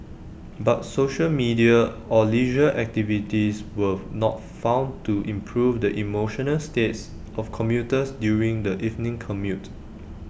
but social media or leisure activities were not found to improve the emotional states of commuters during the evening commute